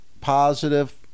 positive